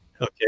Okay